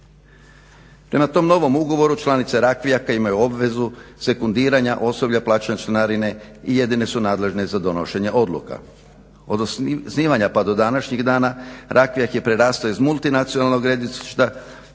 Prema tom novom ugovoru članice Rakvijaka imaju obvezu sekundiranja osoblja, plaćanja članarine i jedine su nadležne za donošenje odluka. Od osnivanja pa do današnjeg dana, Rakvijak je prerastao iz multinacionalnog regionalnog